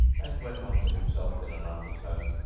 and went on to himself in an undertone,